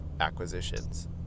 acquisitions